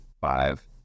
five